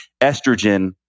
estrogen